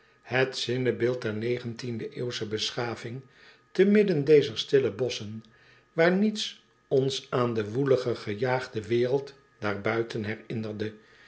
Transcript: het zinnebeeld der negentiende eeuwsche beschaving te midden dezer stille bosschen waar niets ons aan de woelige gejaagde wereld daarbuiten